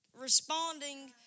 responding